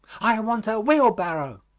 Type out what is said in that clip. i want a wheelbarrow.